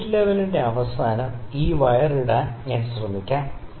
spirit ലെവലിന്റെ അവസാനത്തിൽ ഈ വയർ ഇടാൻ ഞാൻ ശ്രമിക്കാം